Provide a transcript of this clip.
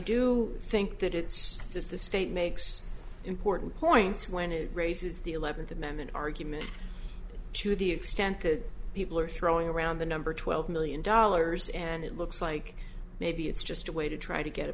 do think that it's if the state makes important points when it raises the eleventh amendment argument to the extent that people are throwing around the number twelve million dollars and it looks like maybe it's just a way to try to get